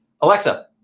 Alexa